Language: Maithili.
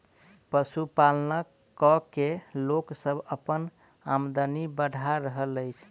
पशुपालन क के लोक सभ अपन आमदनी बढ़ा रहल अछि